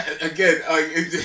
again